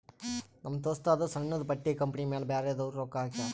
ನಮ್ ದೋಸ್ತದೂ ಸಣ್ಣುದು ಬಟ್ಟಿ ಕಂಪನಿ ಮ್ಯಾಲ ಬ್ಯಾರೆದವ್ರು ರೊಕ್ಕಾ ಹಾಕ್ಯಾರ್